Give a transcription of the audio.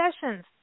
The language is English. sessions